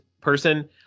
person